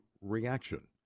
reaction